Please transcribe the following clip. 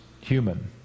human